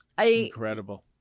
Incredible